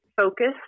focused